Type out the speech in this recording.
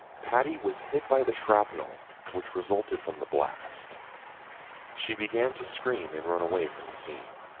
patti was hit by the shrapnel which resulted from the blast she began to scream and run away from the scene,